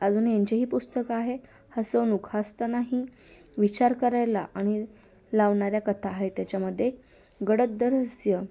अजून यांचेही पुस्तक आहे हसवणूक हसतानाही विचार करायला आणि लावणाऱ्या कथा आहे त्याच्यामध्ये गडद रहस्य